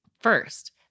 first